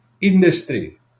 industry